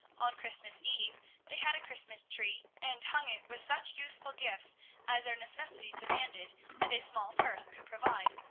on christmas eve they had a christmas-tree, and hung it with such useful gifts as their necessities demanded and a small purse could provide.